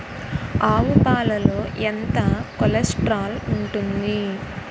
ఆవు పాలలో ఎంత కొలెస్ట్రాల్ ఉంటుంది?